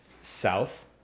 South